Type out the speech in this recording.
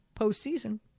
postseason